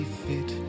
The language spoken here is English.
fit